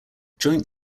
joint